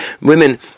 Women